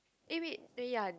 eh wait eh ya